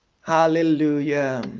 hallelujah